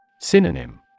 Synonym